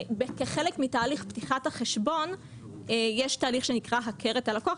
כחלק מתהליך פתיחת החשבון יש תהליך שנקרא "הכר את הלקוח".